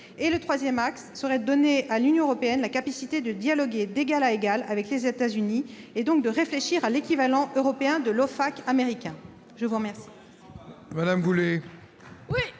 Le troisième axe d'action serait de donner à l'Union européenne la capacité de dialoguer d'égal à égal avec les États-Unis, et donc de réfléchir à un équivalent européen de l'américain. Il y a encore